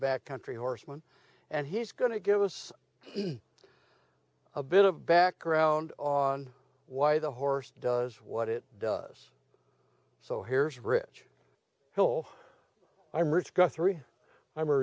back country horsemen and he's going to give us a bit of background on why the horse does what it does so here's a bridge till i'm rich guthrie i'm